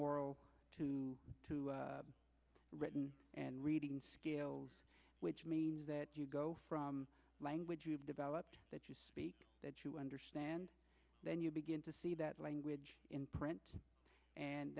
to written and reading skills which means that you go from language you've developed that you speak to that you understand then you begin to see that language in print and